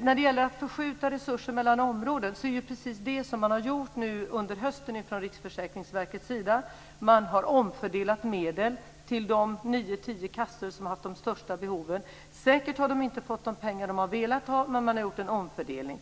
När det gäller att förskjuta resurser mellan områden vill jag säga att det är precis det som man har gjort under hösten från Riksförsäkringsverkets sida. Man har omfördelat medel till de nio tio kassor som har haft de största behoven. Säkert har de inte fått de pengar de har velat ha, men man har gjort en omfördelning.